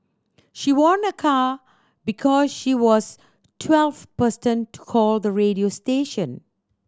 she won a car because she was twelfth person call the radio station